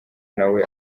nawe